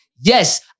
yes